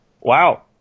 Wow